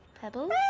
Pebbles